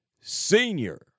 senior